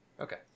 okay